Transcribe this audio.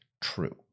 true